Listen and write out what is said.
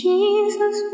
Jesus